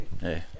Hey